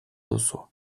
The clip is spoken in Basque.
duzu